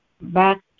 back